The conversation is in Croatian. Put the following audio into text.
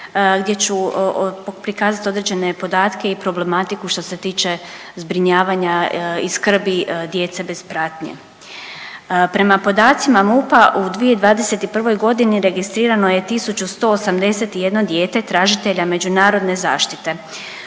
gdje ću prikazati određene podatke i problematiku što se tiče zbrinjavanja i skrbi djece bez pratnje. Prema podacima MUP-a u 2021. godini registrirano je 181 dijete tražitelja međunarodne zaštite.